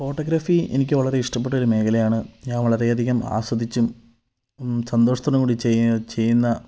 photography എനിക്ക് വളരെ ഇഷ്ടപെട്ടൊരു മേഖലയാണ് ഞാൻ വളരെയധികം ആസ്വദിച്ചും സന്തോഷത്തോടു കൂടി ചെ ചെയ്യുന്ന